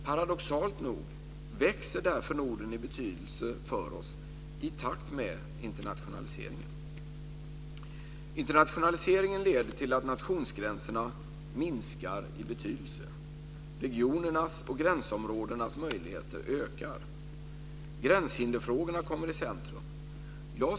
Paradoxalt växer därför Norden i betydelse för oss i takt med internationaliseringen. Internationaliseringen leder till att nationsgränserna minskar i betydelse. Regionernas och gränsområdenas möjligheter ökar. Gränshindersfrågorna kommer i centrum.